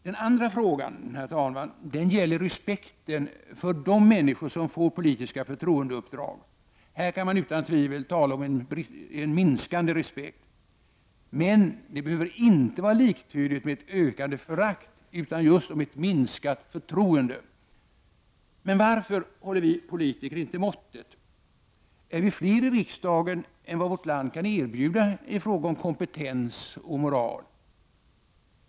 Den andra frågan gäller respekten för de människor som får politiska förtroendeuppdrag. Här kan man utan tvivel tala om en minskande respekt. Men det behöver ingalunda vara liktydigt med ett ökande förakt, utan det kan vara fråga om ett minskat förtroende. Men varför håller vi politiker inte måttet? Är vi fler i riksdagen än vad landet kan erbjuda i fråga om kompetens och moral?